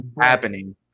happening